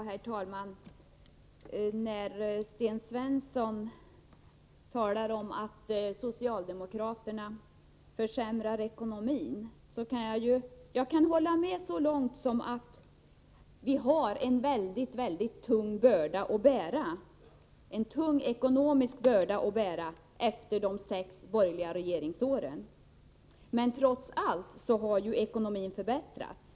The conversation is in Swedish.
Herr talman! När Sten Svensson talar om att socialdemokraterna försämrar ekonomin kan jag hålla med så långt som att vi har en väldigt tung ekonomisk börda att bära efter de sex borgerliga regeringsåren. Trots allt har ekonomin förbättrats.